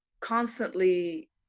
constantly